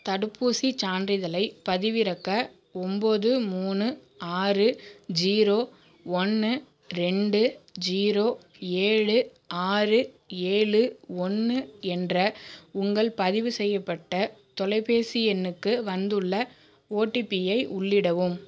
தடுப்பூசி சான்றிதழை பதிவிறக்க ஒம்பது மூணு ஆறு ஜீரோ ஒன்று ரெண்டு ஜீரோ ஏழு ஆறு ஏழு ஒன்று என்ற உங்கள் பதிவு செய்யப்பட்ட தொலைபேசி எண்ணுக்கு வந்துள்ள ஓடிபி யை உள்ளிடவும்